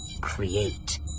create